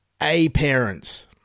A-Parents